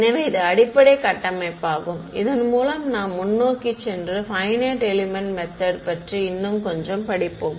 எனவே இது அடிப்படை கட்டமைப்பாகும் இதன் மூலம் நாம் முன்னோக்கி சென்று பையனைட் எலெமென்ட் மெத்தட் பற்றி இன்னும் கொஞ்சம் படிப்போம்